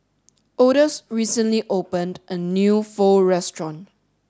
Odus recently opened a new Pho restaurant